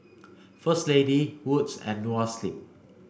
First Lady Wood's and Noa Sleep